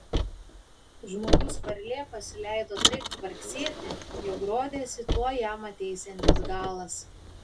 žmogus varlė pasileido taip kvarksėti jog rodėsi tuoj jam ateisiantis galas